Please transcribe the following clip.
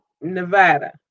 Nevada